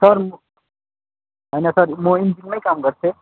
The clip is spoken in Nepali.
सर हैन सर म इन्जिनमै काम गर्थेँ